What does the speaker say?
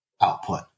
output